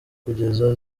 kugeza